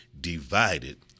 Divided